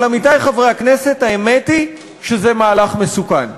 אבל, עמיתי חברי הכנסת, האמת היא שזה מהלך מסוכן.